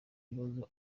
ibibazo